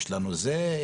יש לנו זה,